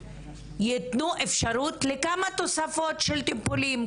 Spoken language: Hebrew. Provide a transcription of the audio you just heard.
יתנו אפשרות לכמה תוספות של טיפולים?